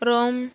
Rome